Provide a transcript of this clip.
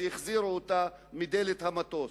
שהחזירו אותה מדלת המטוס.